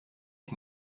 ich